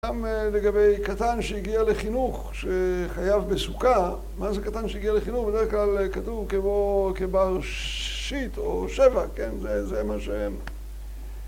גם לגבי קטן שהגיע לחינוך, שחייב בסוכה, מה זה קטן שהגיע לחינוך? בדרך כלל כתוב כבר שית או שבע, כן, זה מה שהם.